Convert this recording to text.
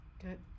Good